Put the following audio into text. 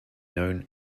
known